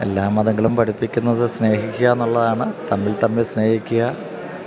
എല്ലാ മതങ്ങളും പഠിപ്പിക്കുന്നത് സ്നേഹിക്കുകയെന്നുള്ളതാണ് തമ്മിൽ തമ്മിൽ സ്നേഹിക്കുക